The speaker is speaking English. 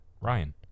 Ryan